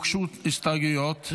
הוגשו הסתייגויות.